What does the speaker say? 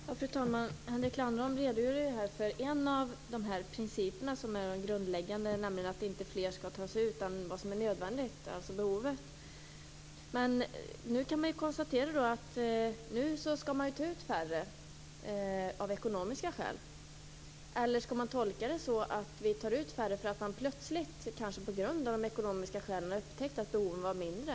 Fru talman! Henrik Landerholm redogjorde här för en av de grundläggande principerna, nämligen att inte fler skall tas ut än vad som är nödvändigt. Men nu kan vi konstatera att man skall ta ut färre av ekonomiska skäl. Eller skall det tolkas så att vi tar ut färre för att man plötsligt, kanske på grund av de ekonomiska skälen, har upptäckt att behoven är mindre?